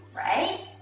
right?